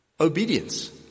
obedience